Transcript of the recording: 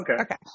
Okay